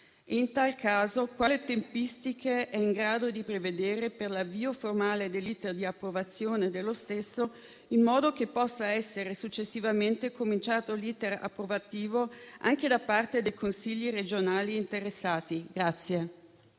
In tal caso si chiede quali tempistiche è in grado di prevedere per l'avvio formale dell'*iter* di approvazione dello stesso in modo che possa essere successivamente avviato l'*iter* approvativo anche da parte dei Consigli regionali interessati.